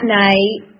night